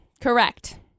correct